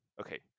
okay